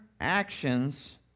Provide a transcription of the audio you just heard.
actions